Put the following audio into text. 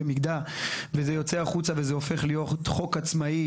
במידה שזה יוצא החוצה וזה הופך להיות חוק עצמאי,